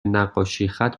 نقاشیخط